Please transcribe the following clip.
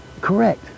Correct